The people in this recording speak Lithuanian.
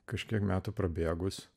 kažkiek metų prabėgus